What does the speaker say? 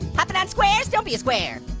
hopping on squares, don't be a square.